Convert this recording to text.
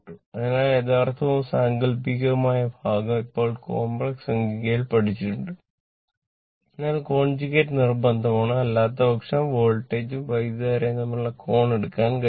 അതിനാൽ യഥാർത്ഥവും സാങ്കൽപ്പികവുമായ ഭാഗം ഇപ്പോൾ കോംപ്ലക്സ് നിർബന്ധമാണ് അല്ലാത്തപക്ഷം വോൾട്ടേജും വൈദ്യുതധാരയും തമ്മിലുള്ള കോൺ എടുക്കാൻ കഴിയില്ല